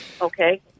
Okay